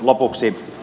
lopuksi